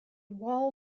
wall